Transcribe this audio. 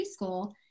preschool